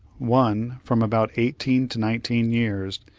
one, from about eighteen to nineteen years,